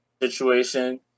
situation